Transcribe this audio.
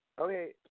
Okay